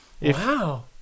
Wow